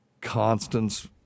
constants